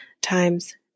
times